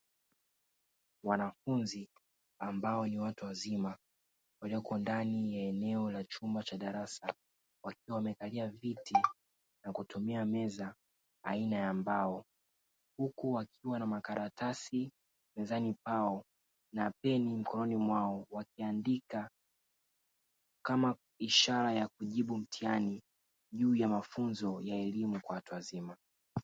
Wanafunzi ambao ni watu wazima, walioko ndani ya eneo la chumba cha darasa, wakiwa wamekalia viti na kutumia meza aina ya mbao, huku wakiwa na makaratasi mezani kwao na peni mkononi mwao, wakiandika kama ishara ya kujibu mtihani juu ya mafunzo ya elimu kwa watu wazima.